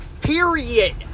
Period